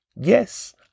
yes